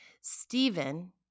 Stephen